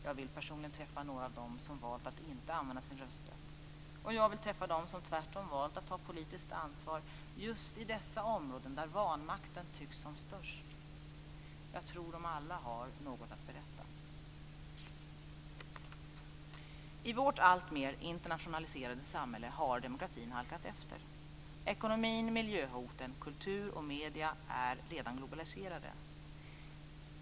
Jag vill personligen träffa någon av dem som valt att inte använda sin rösträtt, och jag vill träffa någon som tvärtom valt att ta ett politiskt ansvar just i dessa områden där vanmakten tycks som störst. Jag tror att de alla har något att berätta. I vårt alltmer internationaliserade samhälle har demokratin halkat efter. Ekonomi, miljöhot, kultur och medier är redan globaliserade.